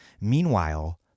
Meanwhile